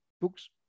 books